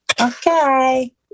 Okay